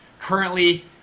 currently